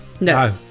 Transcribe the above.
No